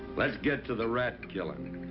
let's get to the rat killing.